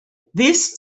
these